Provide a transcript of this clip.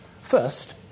First